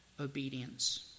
obedience